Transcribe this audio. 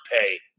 pay